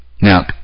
now